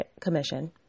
Commission